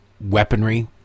weaponry